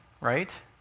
right